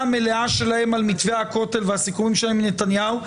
המלאה שלהם על מתווה הכותל והסיכומים עם נתניהו,